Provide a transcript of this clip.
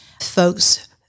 folks